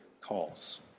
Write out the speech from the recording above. calls